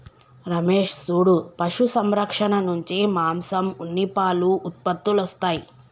రమేష్ సూడు పశు సంరక్షణ నుంచి మాంసం ఉన్ని పాలు ఉత్పత్తులొస్తాయి